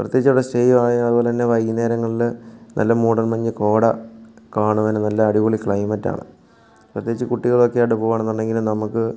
പ്രത്യേകിച്ച് അവിടെ സ്റ്റേ അതുപോലെ തന്നെ വൈകുന്നേരങ്ങളിൽ നല്ല മൂടൽ മഞ്ഞ് കോട കാണുവാൻ നല്ല അടിപൊളി ക്ലൈമറ്റ് ആണ് പ്രത്യേകിച്ച് കുട്ടികളൊക്കെ ആയിട്ട് പോവുകാണെന്നുണ്ടെങ്കിൽ നമുക്ക്